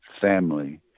family